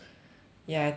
ya I think so